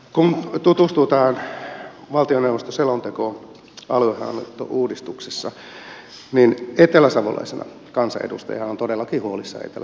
kun tutustuu tähän valtioneuvoston selontekoon aluehallintouudistuksesta niin eteläsavolaisena kansanedustajana olen todellakin huolissani etelä savon asemasta